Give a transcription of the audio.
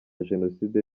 jenoside